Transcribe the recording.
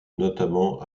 notamment